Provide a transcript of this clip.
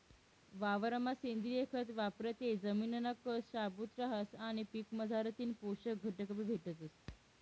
वावरमा सेंद्रिय खत वापरं ते जमिनना कस शाबूत रहास आणि पीकमझारथीन पोषक घटकबी भेटतस